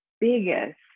biggest